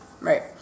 Right